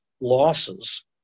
losses